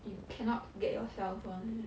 you cannot get yourself [one] eh